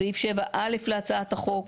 סעיף (7)(א) להצעת החוק.